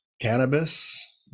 cannabis